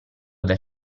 del